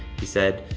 he said,